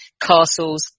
castles